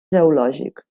geològic